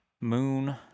moon